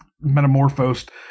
metamorphosed